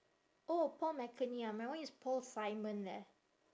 oh paul mckenny ah my one is paul simon leh